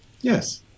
Yes